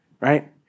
Right